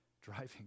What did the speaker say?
driving